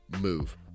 move